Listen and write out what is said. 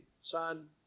son